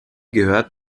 gehört